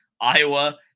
Iowa